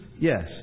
Yes